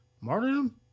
martyrdom